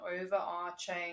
overarching